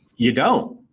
you don't.